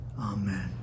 amen